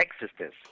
existence